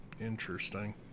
interesting